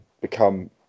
become